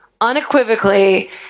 unequivocally